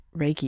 Reiki